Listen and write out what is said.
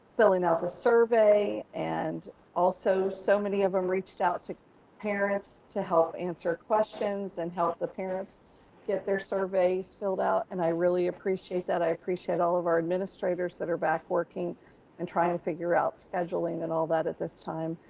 filling out the survey. and also so many of them reached out to parents to help answer questions and help the parents get their surveys filled out. and i really appreciate that. i appreciate all of our administrators that are back working and trying to figure out scheduling and all that at this time.